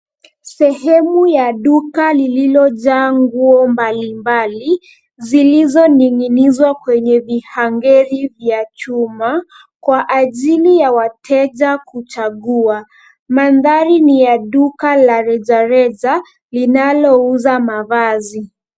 Sehemu ya duka lililojaa nguo mbalimbali zilizoning'inizwa kwenye vihangeri vya chuma kwa ajili ya wateja kuchagua. Mandhari ni ya duka la rejareja linalouza mavazi.